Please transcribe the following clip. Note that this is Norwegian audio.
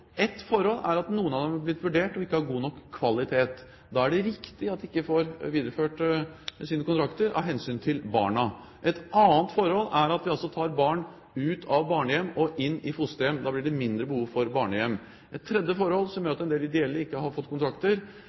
er at noen av dem som har blitt vurdert, ikke har god nok kvalitet. Da er det riktig at de ikke får videreført sine kontrakter, av hensyn til barna. Et annet forhold er at vi tar barn ut av barnehjem og inn i fosterhjem, og da blir det mindre behov for barnehjem. Et tredje forhold som gjør at en del ideelle ikke har fått kontrakter,